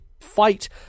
fight